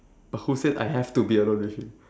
who said I have to be alone with him